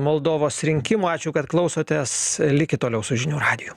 moldovos rinkimų ačiū kad klausotės likit toliau su žinių radiju